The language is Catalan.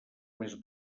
més